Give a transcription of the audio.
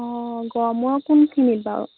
অঁ গড়মূৰৰ কোনখিনিত বাৰু